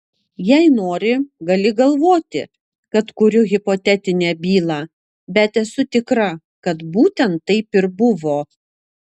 jei nori gali galvoti kad kuriu hipotetinę bylą bet esu tikra kad būtent taip ir buvo